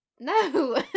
No